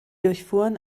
durchfuhren